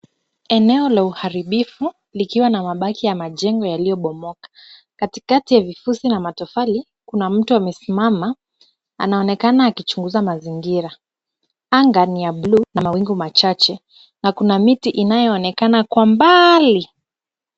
Eneo la uharibifu likiwa na mabaki ya majengo yaliyobomoka. Katikati ya vifusi na matofali, kuna mtu amesimama, anaonekana akichunguza mazingira. Anga ni ya buluu na mawingu machache na kuna miti inayoonekana kwa mbali.